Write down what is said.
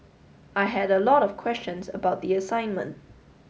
I had a lot of questions about the assignment